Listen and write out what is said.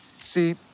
See